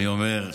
אני אומר,